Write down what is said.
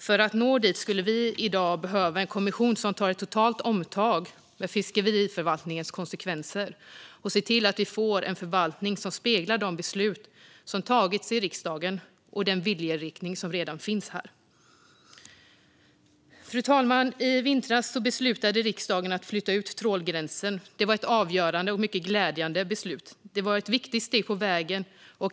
För att nå dit skulle vi i dag behöva en kommission som tar ett totalt omtag med fiskeförvaltningens konsekvenser och ser till att vi får en förvaltning som speglar de beslut som fattats i riksdagen och den viljeriktning som redan finns här. Fru talman! I vintras beslutade riksdagen att flytta ut trålgränsen. Det var ett avgörande och mycket glädjande beslut. Det var ett viktigt steg på vägen.